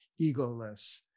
egoless